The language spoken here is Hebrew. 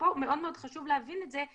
ופה מאוד מאוד חשוב להבין את זה,